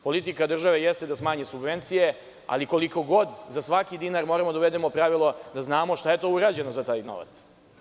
Politika države jeste da smanji subvencije, ali kod za svaki dinar moramo da uvedemo pravilo da znamo šta je to urađeno za taj novac.